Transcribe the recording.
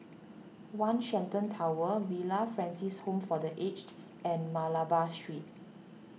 one Shenton Tower Villa Francis Home for the Aged and Malabar Street